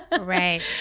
right